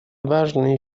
важный